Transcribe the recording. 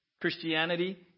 Christianity